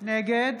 נגד